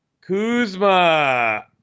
Kuzma